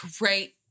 Great